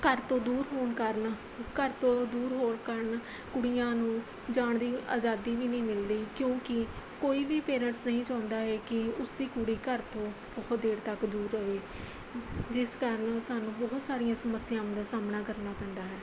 ਘਰ ਤੋਂ ਦੂਰ ਹੋਣ ਕਾਰਨ ਘਰ ਤੋਂ ਦੂਰ ਹੋਣ ਕਾਰਨ ਕੁੜੀਆਂ ਨੂੰ ਜਾਣ ਦੀ ਆਜ਼ਾਦੀ ਵੀ ਨਹੀਂ ਮਿਲਦੀ ਕਿਉਂਕਿ ਕੋਈ ਵੀ ਪੇਰੈਂਟਸ ਨਹੀਂ ਚਾਹੁੰਦਾ ਹੈ ਕਿ ਉਸਦੀ ਕੁੜੀ ਘਰ ਤੋਂ ਬਹੁਤ ਦੇਰ ਤੱਕ ਦੂਰ ਰਹੇ ਜਿਸ ਕਾਰਨ ਸਾਨੂੰ ਬਹੁਤ ਸਾਰੀਆਂ ਸਮੱਸਿਆਵਾਂ ਦਾ ਸਾਹਮਣਾ ਕਰਨਾ ਪੈਂਦਾ ਹੈ